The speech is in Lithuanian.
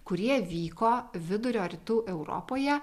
kurie vyko vidurio rytų europoje